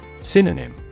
Synonym